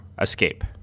escape